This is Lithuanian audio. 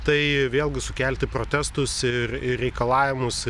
tai vėlgi sukelti protestus ir ir reikalavimus